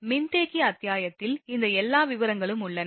மின்தேக்கி அத்தியாயத்தில் இந்த எல்லா விவரங்களும் உள்ளன